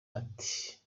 ati